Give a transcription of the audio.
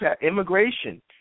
immigration